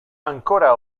ancora